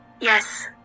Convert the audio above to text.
yes